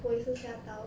我也是吓到